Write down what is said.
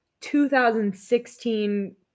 2016